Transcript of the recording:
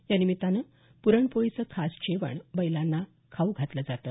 या निमित्तानं प्रण पोळीचं खास जेवण बैलांना खाऊ घातलं जातं